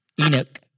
Enoch